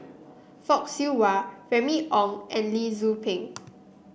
Fock Siew Wah Remy Ong and Lee Tzu Pheng